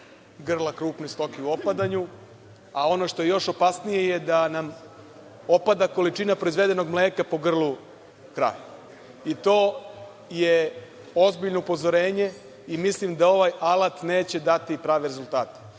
grla krupne stoke u opadanju, a ono što je još opasnije je da nam opada količina proizvedenog mleka po grlu krave. To je ozbiljno upozorenje i mislim da ovaj alat neće dati prave rezultate. Mi